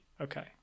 okay